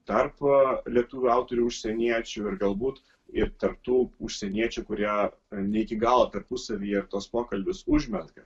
tarp lietuvių autorių užsieniečių ir galbūt ir tarp tų užsieniečių kurie ne iki galo tarpusavyje tuos pokalbius užmezga